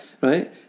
right